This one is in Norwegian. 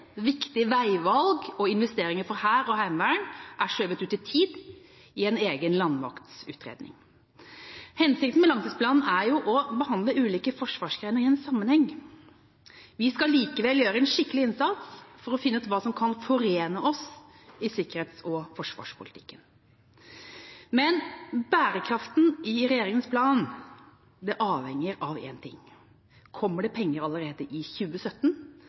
Viktige veivalg og investeringer for Hæren og Heimevernet er skjøvet ut i tid i en egen landmaktutredning. Hensikten med langtidsplanen er å få behandlet ulike forsvarsgrener i sammenheng. Vi skal likevel gjøre en skikkelig innsats for å finne ut hva som kan forene oss i sikkerhets- og forsvarspolitikken. Men bærekraften i regjeringas plan avhenger av en ting: Kommer det penger allerede i 2017?